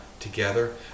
together